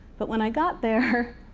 but when i got there,